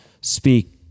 speak